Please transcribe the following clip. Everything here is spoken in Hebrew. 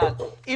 אני צוחק.